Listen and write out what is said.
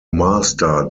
master